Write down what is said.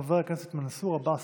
חבר הכנסת מנסור עבאס,